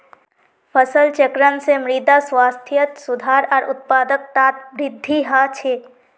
फसल चक्रण से मृदा स्वास्थ्यत सुधार आर उत्पादकतात वृद्धि ह छे